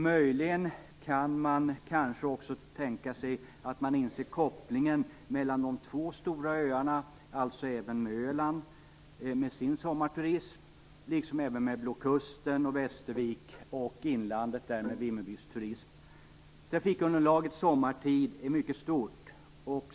Möjligen inser man också kopplingen mellan de två stora öarna, alltså även Öland med dess sommarturism, liksom kopplingen till Blå kusten, Trafikunderlaget sommartid är mycket stort.